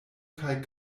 kaj